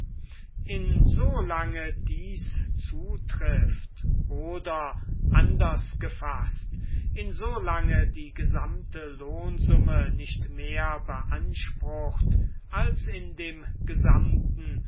insolange dies zutrifft oder anders gefaßt insolange die gesamte lohnsumme nicht mehr beansprucht als in dem gesamten